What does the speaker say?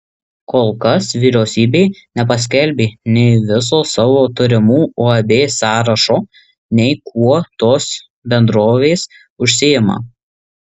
kol kas vyriausybė nepaskelbė nei viso savo turimų uab sąrašo nei kuo tos bendrovės užsiima